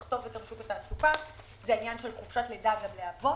טוב בשוק התעסוקה זה העניין של חופשת לידה לאבות